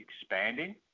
expanding